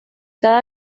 cada